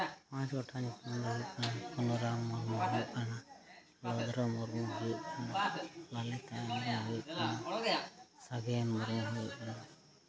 ᱯᱟᱸᱪ ᱜᱚᱴᱟᱱ ᱧᱩᱛᱩᱢ ᱫᱚ ᱦᱩᱭᱩᱜ ᱠᱟᱱᱟ ᱵᱚᱞᱚᱨᱟᱢ ᱢᱩᱨᱢᱩ ᱦᱩᱭᱩᱜ ᱠᱟᱱᱟ ᱵᱟᱹᱵᱩᱨᱟᱢ ᱢᱩᱨᱢᱩ ᱦᱩᱭᱩᱜ ᱠᱟᱱᱟ ᱞᱚᱞᱤᱛᱟ ᱦᱮᱢᱵᱨᱚᱢ ᱦᱩᱭᱩᱜ ᱠᱟᱱᱟ ᱥᱟᱜᱮᱱ ᱢᱩᱨᱢᱩ ᱦᱩᱭᱩᱜ ᱠᱟᱱᱟ